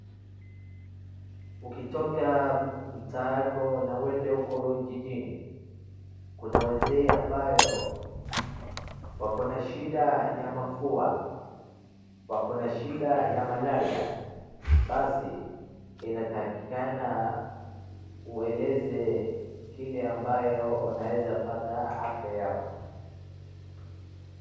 Ukitoka mtaa yako na uende uko jijini, kuna wazee ambayo wakona shida ya mapua, wakona shida ya malaria basi inatakikana ueleze kile ambayo wanaeza pata afya yao.